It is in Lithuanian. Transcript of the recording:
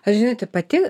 aš žinote pati